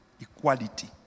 Equality